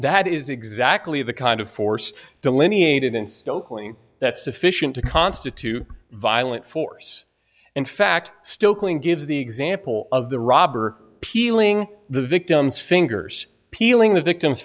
that is exactly the kind of force delineated in stoking that sufficient to constitute a violent force in fact still clean gives the example of the robber peeling the victim's fingers peeling the victim